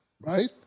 right